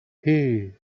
hey